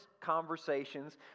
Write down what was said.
conversations